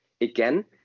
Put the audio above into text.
again